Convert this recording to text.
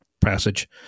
passage